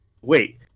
wait